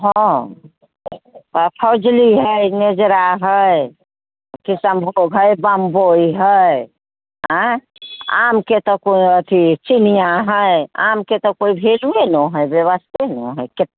हँ तऽ फजुली हय नेजरा हय किशनभोग हय बम्बइ हय अऽ आमके तऽ कोइ अथी चिनिआ हय आममे तऽ कोइ भेलुए नहि हय व्यवस्थे नहि हय